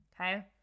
Okay